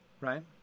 right